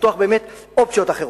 לפתוח אופציות אחרות,